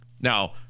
Now